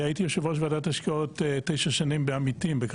הייתי יושב ראש ועדת השקעות תשע שנים בעמיתים,